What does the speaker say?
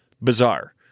bizarre